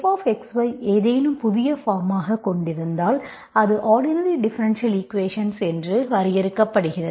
fxy ஏதேனும் புதிய form ஆக கொண்டிருந்தால் அது ஆர்டினரி டிஃபரென்ஷியல் ஈக்குவேஷன்ஸ் என்று வரையறுக்கிறது